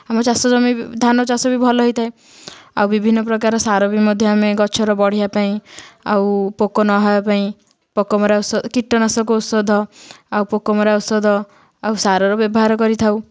ଆମ ଚାଷ ଜମି ଧାନ ଚାଷ ବି ମଧ୍ୟ ଭଲ ହେଇଥାଏ ଆଉ ବିଭିନ୍ନ ପ୍ରକାର ସାର ବି ମଧ୍ୟ ଗଛର ବଢ଼ିବା ପାଇଁ ଆଉ ପୋକ ନ ହେବା ପାଇଁ ପୋକମରା କୀଟନାଶକ ଔଷଧ ଆଉ ପୋକମରା ଔଷଧ ଆଉ ସାରର ବ୍ୟବହାର କରିଥାଉ